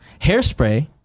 Hairspray